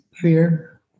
Fear